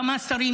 גם השרים,